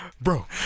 bro